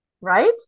Right